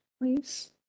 please